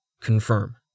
Confirm